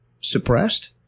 suppressed